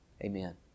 Amen